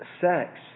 Sex